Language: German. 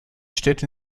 steht